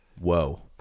Whoa